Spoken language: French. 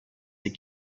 ses